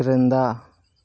క్రింద